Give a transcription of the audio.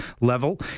level